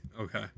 Okay